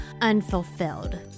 unfulfilled